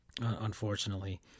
unfortunately